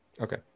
okay